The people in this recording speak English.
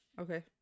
Okay